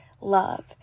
love